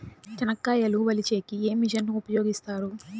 చెనక్కాయలు వలచే కి ఏ మిషన్ ను ఉపయోగిస్తారు?